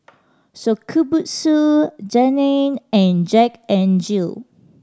Shokubutsu Danone and Jack N Jill